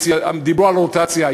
דיברו על רוטציה,